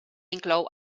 inclou